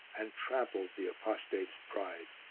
and trampled the apostate's pride.